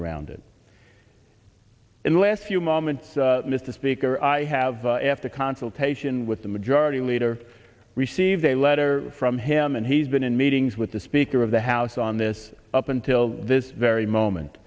around it in the last few moments mr speaker i have after consultation with the majority leader received a letter from him and he's been in meetings with the speaker of the house on this up until this very moment